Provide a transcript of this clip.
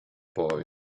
boy